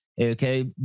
Okay